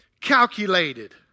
calculated